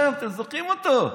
אתם זוכרים אותו?